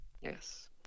Yes